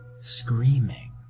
screaming